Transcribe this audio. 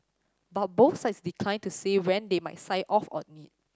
but both sides declined to say when they might sign off on it